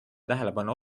tähelepanu